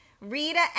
Rita